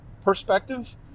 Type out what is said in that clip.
perspective